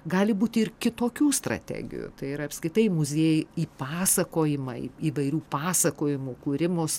gali būti ir kitokių strategijų tai yra apskritai muziejai įpasakojimai įvairių pasakojimų kūrimos